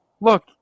look